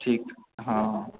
ठीक हँ